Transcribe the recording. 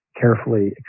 carefully